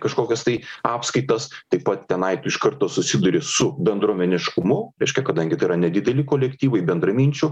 kažkokias tai apskaitas taip pat tenai tu iš karto susiduri su bendruomeniškumu reiškia kadangi tai yra nedideli kolektyvai bendraminčių